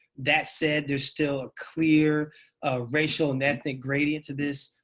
that said, there's still a clear racial and ethnic gradient to this.